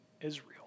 Israel